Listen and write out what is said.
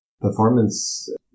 performance